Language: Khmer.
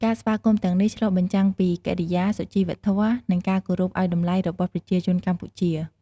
ការស្វាគមន៍ទាំងនេះ ឆ្លុះបញ្ចាំងពី កិរិយា សុជីវធម៍ និងការគោរពអោយតម្លៃ របស់ប្រជាជនកម្ពុជា។